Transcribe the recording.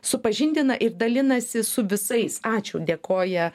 supažindina ir dalinasi su visais ačiū dėkoja